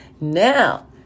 now